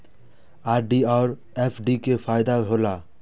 RD और FD के का फायदा हौला?